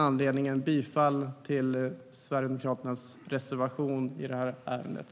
Jag yrkar bifall till Sverigedemokraternas reservation i det här ärendet.